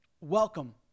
welcome